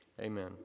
Amen